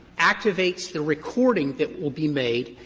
activates the recording that will be made,